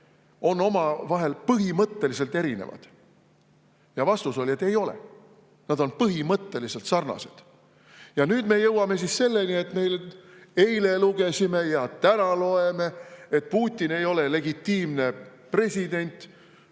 on omavahel põhimõtteliselt erinevad. Ja vastus oli, et ei ole, nad on põhimõtteliselt sarnased. Ja nüüd me jõuame selleni, et me eile lugesime ja täna loeme, et Putin ei ole legitiimne president.